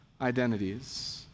identities